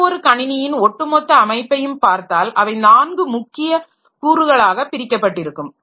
எந்த ஒரு கணினியின் ஓட்டுமொத்த அமைப்பையும் பார்த்தால் அவை நான்கு முக்கிய கூறுகளாக பிரிக்கப்பட்டிருக்கும்